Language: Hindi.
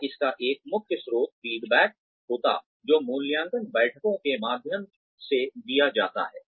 या इसका एक मुख्य स्रोत फीडबैक होगा जो मूल्यांकन बैठको के माध्यम से दिया जाता है